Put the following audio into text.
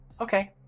okay